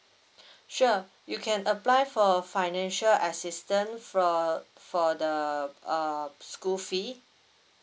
sure you can apply for financial assistance fro~ for the uh school fee